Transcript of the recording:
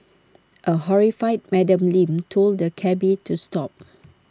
A horrified Madam Lin told the cabby to stop